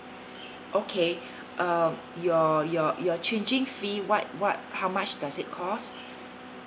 okay uh your your your changing fee what what how much does it cost